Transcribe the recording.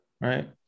Right